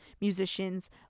musicians